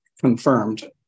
confirmed